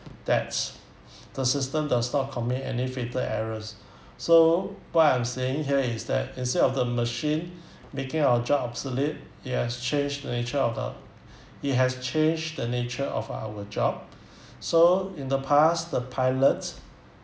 that's the system does not commit any fatal errors so what I'm saying here is that instead of the machine making our job obsolete it has changed the nature of the it has changed the nature of our job so in the past the pilots